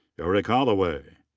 eric holloway.